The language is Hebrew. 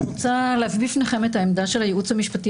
אני רוצה להביא בפניכם את העמדה של הייעוץ המשפטי